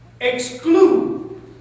exclude